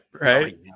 right